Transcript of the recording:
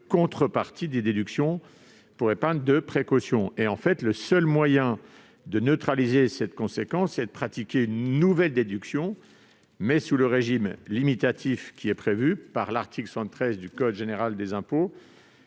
contreparties des déductions pour épargne de précaution. Le seul moyen de neutraliser cette conséquence est de pratiquer une nouvelle déduction, mais sous le régime limitatif prévu par l'article 73 du code général des impôts,